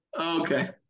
Okay